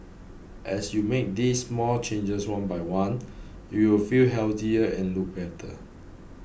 as you make these small changes one by one you will feel healthier and look better